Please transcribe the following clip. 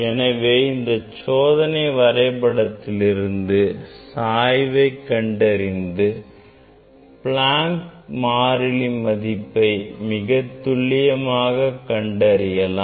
எனவே இந்த சோதனையின் வரைபடத்திலிருந்து சாய்வை கண்டறிந்து Planck மாறிலி மதிப்பை மிக துல்லியமாக கண்டறியலாம்